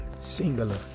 singular